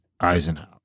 Eisenhower